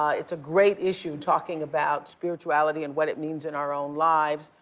it's a great issue, talking about spirituality and what it means in our own lives.